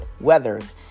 Weathers